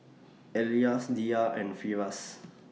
Elyas Dhia and Firash